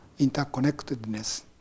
interconnectedness